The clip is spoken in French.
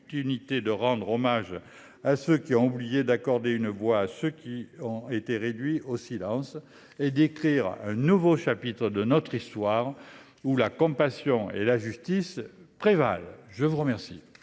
de rendre hommage à ceux qui ont été oubliés, d'accorder une voix à ceux qui ont été réduits au silence et d'écrire un nouveau chapitre de notre histoire où la compassion et la justice prévalent. La parole